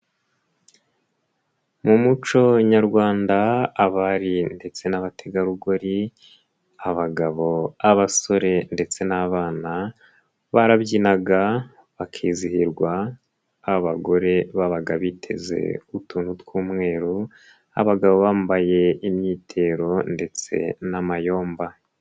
Mu muco nyarwanda abari ndetse n'abategarugori abagabo, abasore ndetse n'abana barabyinaga, bakizihirwa abagore babaga biteze utuntu tw'umweru abagabo bambaye imyitero ndetse n'amayumba.